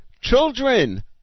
children